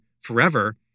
forever